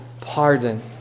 pardon